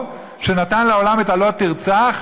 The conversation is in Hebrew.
שנתן לעולם את "לא תרצח",